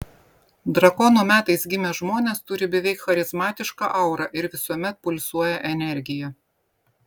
drakono metais gimę žmonės turi beveik charizmatišką aurą ir visuomet pulsuoja energija